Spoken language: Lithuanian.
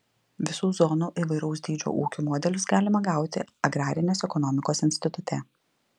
visų zonų įvairaus dydžio ūkių modelius galima gauti agrarinės ekonomikos institute